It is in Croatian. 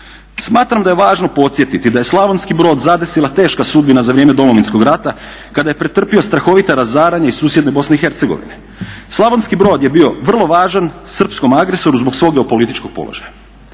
smatram da je važno podsjetiti da je Slavonski Brod zadesila teška sudbina za vrijeme Domovinskog rata kada je pretrpio strahovita razaranja iz susjedne BiH. Slavonski Brod je bio vrlo važan srpskom agresoru zbog svog geopolitičkog položaja.